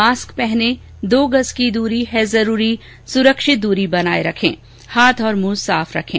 mask पहनें दो गज की दूरी है जरूरी सुरक्षित दूरी बनाए रखे हाथ और मुंह साफ रखें